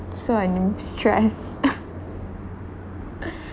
so I'm stressed